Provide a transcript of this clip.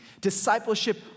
Discipleship